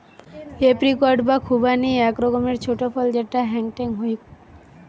apricot বা খুবানি আক রকমের ছোট ফল যেটা হেংটেং হউক